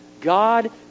God